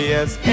Yes